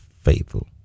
faithful